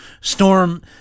storm